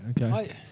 okay